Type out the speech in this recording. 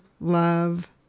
love